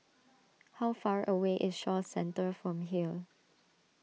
how far away is Shaw Centre from here